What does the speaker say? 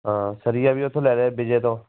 ਹਾਂ ਸਰੀਆ ਵੀ ਉੱਥੋਂ ਲੈ ਲਿਆ ਵਿਜੇ ਤੋਂ